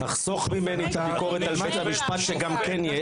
תחסוך ממני את הביקורת על בית המשפט שגם כן יש.